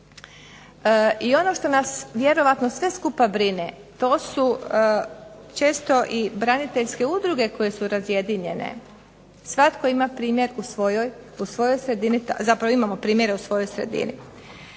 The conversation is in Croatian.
I ono što nas vjerojatno sve skupa brine to su često i braniteljske udruge koje su razjedinjene. Svatko ima primjerku u svojoj sredini zapravo imamo primjere u svojoj sredini.